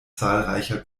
zahlreicher